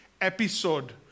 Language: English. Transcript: episode